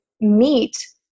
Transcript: meet